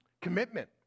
Commitment